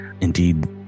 Indeed